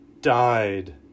died